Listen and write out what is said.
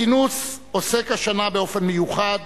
הכינוס עוסק השנה באופן מיוחד